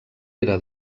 era